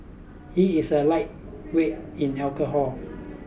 he is a lightweight in alcohol